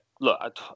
look